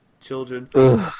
children